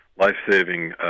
life-saving